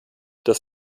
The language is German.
das